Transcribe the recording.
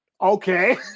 Okay